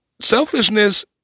Selfishness